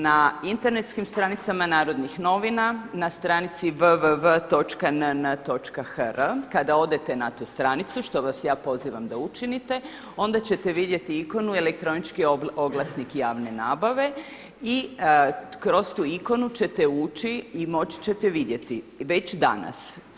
Na internetskim stranicama Narodnih novina na stranici www.nn.hr kada odete na tu stranicu, što vas ja pozivam da učinite onda ćete vidjeti ikonu i elektronički oglasnik javne nabave i kroz tu ikonu ćete ući i moći ćete vidjet već danas.